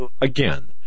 again